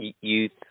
youth